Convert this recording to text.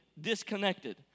disconnected